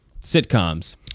sitcoms